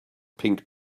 pink